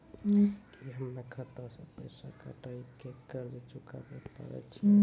की हम्मय खाता से पैसा कटाई के कर्ज चुकाबै पारे छियै?